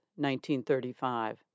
1935